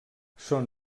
són